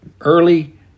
early